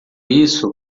isso